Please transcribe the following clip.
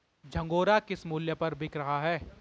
झंगोरा किस मूल्य पर बिक रहा है?